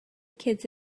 kids